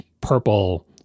purple